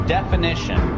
definition